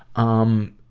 um,